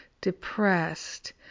depressed